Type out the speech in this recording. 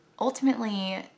ultimately